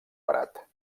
parat